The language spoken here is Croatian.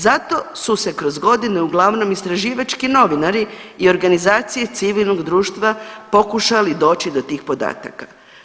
Zato su se kroz godine uglavnom istraživački novinari i organizacije civilnog društva pokušali doći do tih podataka.